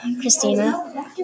Christina